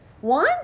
One